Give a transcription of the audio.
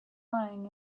lying